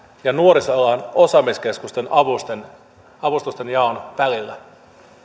ja nuorisoalan osaamiskeskusten avustustenjaon välillä